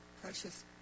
precious